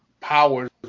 powers